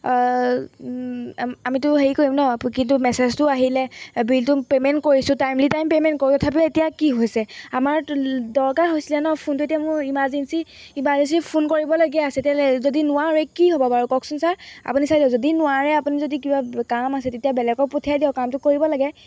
আমিতো হেৰি কৰিম ন কিন্তু মেছেজটোও আহিলে বিলটো পে'মেণ্ট কৰিছোঁ টাইমলি টাইম পে'মেণ্ট কৰোঁ তথাপিও এতিয়া কি হৈছে আমাৰ দৰকাৰ হৈছিলে ন ফোনটো এতিয়া মোৰ ইমাৰজেঞ্চি ইমাৰজেঞ্চি ফোন কৰিবলগীয়া আছে তেতিয়াহ'লে যদি নোৱাৰোৱে কি হ'ব বাৰু কওকচোন ছাৰ আপুনি চাই দিয়ক যদি নোৱাৰে আপুনি যদি কিবা কাম আছে তেতিয়া বেলেগক পঠিয়াই দিয়ক কামটো কৰিব লাগে